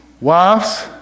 Wives